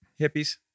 hippies